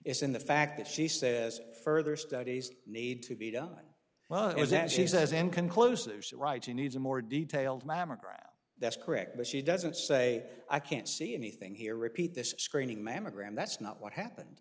it's in the fact that she says further studies need to be done well is that she says inconclusive right she needs a more detailed mammogram that's correct but she doesn't say i can't see anything here repeat this screening mammogram that's not what happened